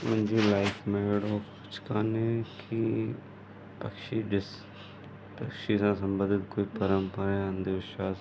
मुंहिंजी लाइफ में अहिड़ो कुझु कोन्हे की पक्षी ॾिस पक्षी सां संबंधित कोई परंपरा या अंधविश्वास